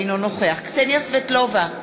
אינו נוכח קסניה סבטלובה,